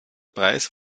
preis